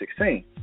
2016